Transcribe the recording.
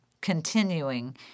continuing